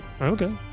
okay